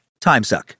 timesuck